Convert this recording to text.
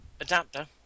adapter